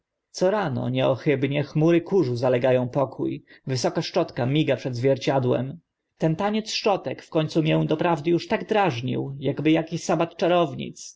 co rano niechybnie chmury kurzu zalega ą pokó wysoka szczotka miga przed zwierciadłem ten taniec szczotek w końcu mię uż doprawdy tak drażnił akby aki sabat czarownic